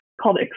called